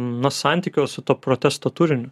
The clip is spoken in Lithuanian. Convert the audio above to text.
na santykio su tuo protesto turiniu